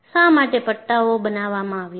શા માટે આ પટ્ટાઓ બનાવામાં આવ્યા છે